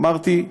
אמרתי,